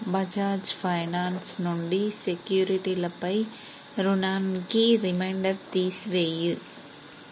Bajaj finance నుండి సెక్యూరిటీలపై రుణానికి రిమైండర్ తీసివేయి